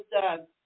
done